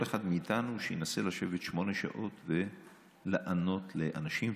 כל אחד מאיתנו שינסה לשבת שמונה שעות ולענות לאנשים,